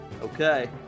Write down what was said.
Okay